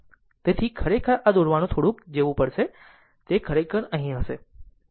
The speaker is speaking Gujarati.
તેથી ખરેખર આ દોરવાનું થોડુંક આ જેવું છે તે ખરેખર અહીં હશે